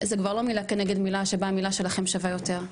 זה כבר לא מילה כנגד מילה שבה המילה שלכם שווה יותר.